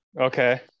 Okay